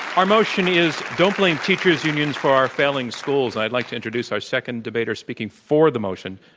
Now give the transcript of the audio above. our motion is don't blame teachers unions for our failing schools. i'd like to introduce our second debater speaking for the motion,